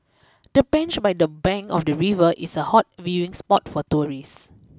the bench by the bank of the river is a hot viewing spot for tourists